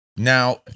Now